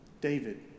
David